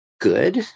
good